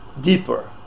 deeper